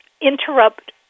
interrupt